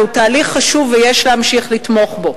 זהו תהליך חשוב, ויש להמשיך לתמוך בו.